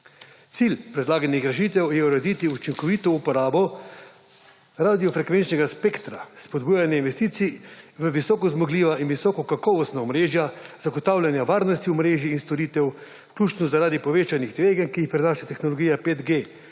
Cilj predlaganih rešitev je urediti učinkovito uporabo radiofrekvenčnega spektra; spodbujanje investicij v visokozmogljiva in visokokakovostna omrežja; zagotavljanje varnosti omrežij in storitev, vključno zaradi povečanih tveganj, ki jih prinaša tehnologija 5G